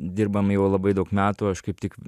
dirbam jau labai daug metų aš kaip tik